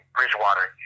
Bridgewater